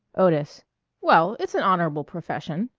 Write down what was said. otis well, it's an honorable profession.